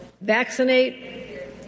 Vaccinate